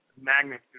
magnitude